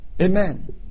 Amen